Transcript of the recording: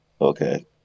okay